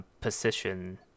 position